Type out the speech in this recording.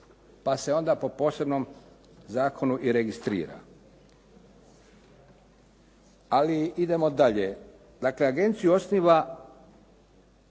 pa se onda po posebnom zakonu i registrira. Ali idemo dalje. Dakle, agenciju osniva